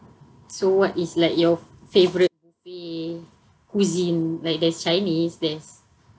so what is like your favourite buffet cuisine like there's chinese there's